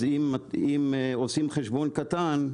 אם עושים חשבון קטן,